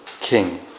king